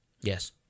Yes